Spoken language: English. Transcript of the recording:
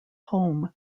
home